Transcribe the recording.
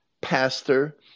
pastor